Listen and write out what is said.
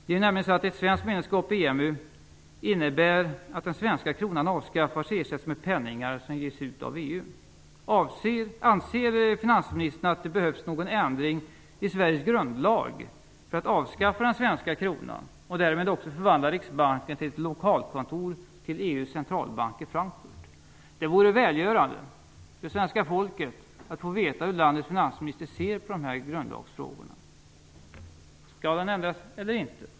Det är nämligen så att ett svenskt medlemskap i EMU innebär att den svenska kronan avskaffas och ersätts med penningar som ges ut av Anser finansministern att det behövs någon ändring i Sveriges grundlag för att avskaffa den svenska kronan, och därmed också förvandla Riksbanken till ett lokalkontor till EU:s centralbank i Frankfurt? Det vore välgörande för svenska folket att få veta hur landets finansminister ser på dessa grundlagsfrågor. Skall den ändras eller inte?